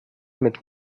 mit